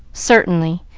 certainly,